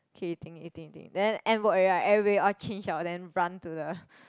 okay eating eating eating then end work already right everybody change out then run to the